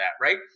right